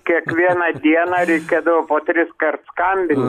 kiekvieną dieną reikėdavo po triskart skambinti